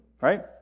right